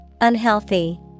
Unhealthy